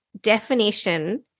definition